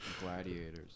Gladiators